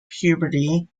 puberty